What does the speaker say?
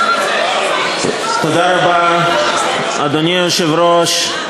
תודה רבה, אדוני היושב-ראש.